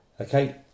okay